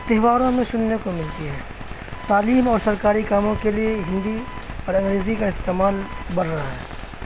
تہواروں میں سننے کو ملتی ہے تعلیم اور سرکاری کاموں کے لیے ہندی اور انگریزی کا استعمال بڑھ رہا ہے